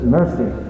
mercy